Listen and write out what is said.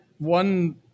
One